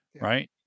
right